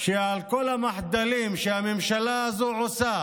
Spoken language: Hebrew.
שעל כל המחדלים שהממשלה הזו עושה